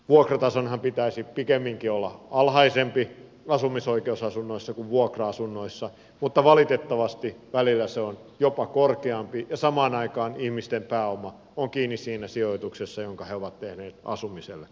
vuokratasonhan pitäisi pikemminkin olla alhaisempi asumisoikeusasunnoissa kuin vuokra asunnoissa mutta valitettavasti välillä se on jopa korkeampi ja samaan aikaan ihmisten pääoma on kiinni siinä sijoituksessa jonka he ovat tehneet asumiseen